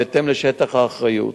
בהתאם לשטח האחריות,